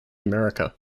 america